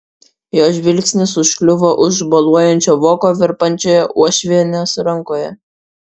jo žvilgsnis užkliuvo už boluojančio voko virpančioje uošvienės rankoje